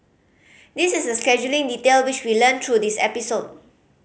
this is a scheduling detail which we learnt through this episode